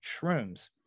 shrooms